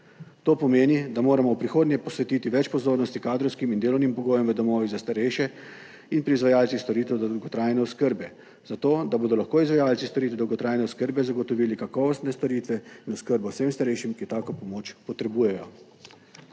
To pomeni, da moramo v prihodnje posvetiti več pozornosti kadrovskim in delovnim pogojem v domovih za starejše in pri izvajalcih storitev dolgotrajne oskrbe zato, da bodo lahko izvajalci storitev dolgotrajne oskrbe zagotovili kakovostne storitve in oskrbo vsem starejšim, ki tako pomoč potrebujejo.